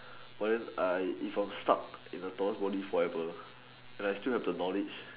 but then I if I'm stuck in the tallest body forever and I still have the knowledge but then I